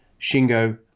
Shingo